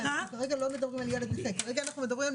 לא מדברים על ילד נכה, כרגע אנחנו מדברים על